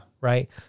Right